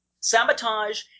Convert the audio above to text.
Sabotage